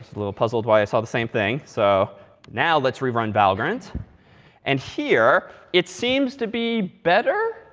a little puzzled why i saw the same thing. so now let's rerun valgrind and here it seems to be better.